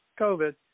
COVID